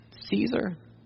Caesar